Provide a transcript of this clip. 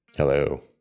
Hello